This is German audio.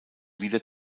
wieder